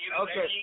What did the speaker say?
Okay